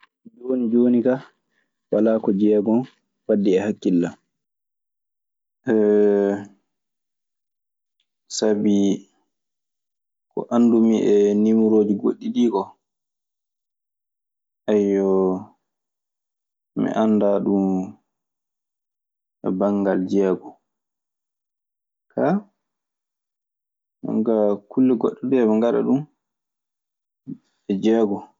Jooni jooni kaa, walaa ko jeegon waddi e hakkille an. Sabii ko anndumi e niimorooji goɗɗi ɗii koo, mi anndaa ɗun e banngal jeegon. Kaa, jonkaa kulle goɗɗe de eɓe ngaɗa ɗun e jeegon.